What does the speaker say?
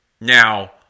Now